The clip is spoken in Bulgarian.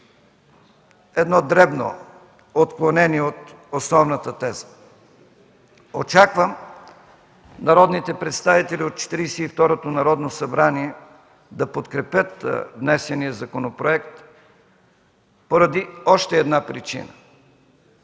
само дребно отклонение от основната теза. Очаквам народните представители от Четиридесет и второто Народно събрание да подкрепят внесения законопроект поради още една причина.